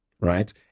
right